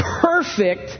perfect